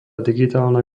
digitálna